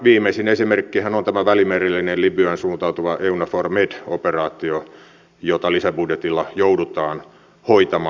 viimeisin esimerkkihän on tämä välimerellinen libyaan suuntautuva eunavfor med operaatio jota lisäbudjetilla joudutaan hoitamaan